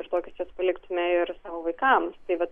ir tokius juos paliktume ir savo vaikams tai vat